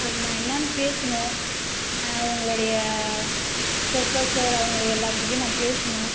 அது நான் என்னென்னு பேசணும் உங்களுடைய புரொஃபோஸர் அவங்க எல்லார்க்கிட்டேயும் நான் பேசணும்